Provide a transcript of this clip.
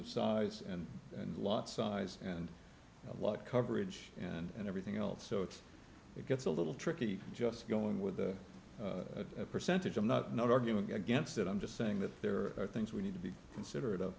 of size and and lot size and a lot coverage and everything else so it's it gets a little tricky just going with the percentage i'm not not arguing against it i'm just saying that there are things we need to be considerate of